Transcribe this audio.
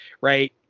right